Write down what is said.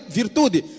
virtude